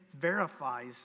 verifies